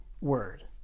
Word